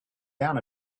down